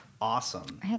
awesome